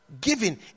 Giving